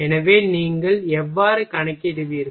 எனவே நீங்கள் எவ்வாறு கணக்கிடுவீர்கள்